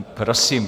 Prosím.